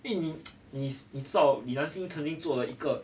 因为你你你知道李南星曾经做了一个